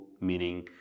meaning